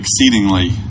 exceedingly